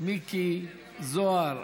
מיקי זוהר,